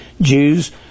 Jews